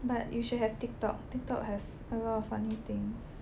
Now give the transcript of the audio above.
but you should have TikTok TikTok has a lot of funny things